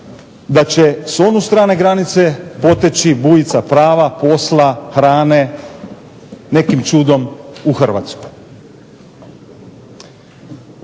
da će s onu strane granice poteći bujica prava, posla, hrane, nekim čudom u Hrvatsku.